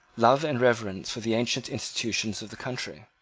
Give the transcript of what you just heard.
love and reverence for the ancient institutions of the country.